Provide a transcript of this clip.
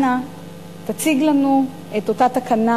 אנא תציג לנו את אותה תקנה.